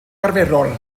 arferol